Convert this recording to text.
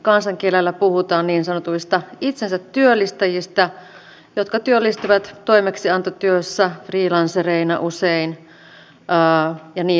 kansankielellä puhutaan niin sanotuista itsensätyöllistäjistä jotka työllistyvät toimeksiantotyössä usein freelancereina ja niin edelleen